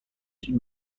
چیزی